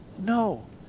No